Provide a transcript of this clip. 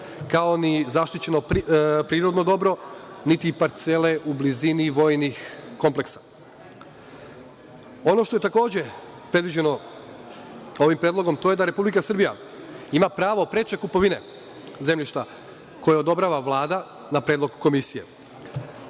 kao ni zaštićeno prirodno dobro, niti parcele u blizini vojnih kompleksa. Ono što je takođe predviđeno ovim predlogom to je da Republika Srbija ima pravo preče kupovine zemljišta koje odobrava Vlada na predlog komisije.